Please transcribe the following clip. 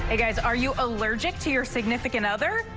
ah guys, are you allergic to your significant other?